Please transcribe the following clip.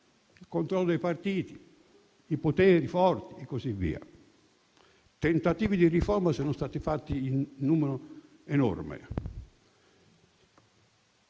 il controllo dei partiti, i poteri forti e così via. Tentativi di riforma erano stati fatti in numero enorme;